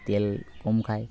তেল কম খায়